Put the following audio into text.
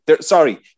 sorry